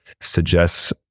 suggests